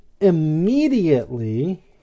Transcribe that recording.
immediately